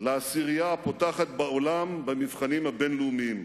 לעשירייה הפותחת בעולם במבחנים הבין-לאומיים.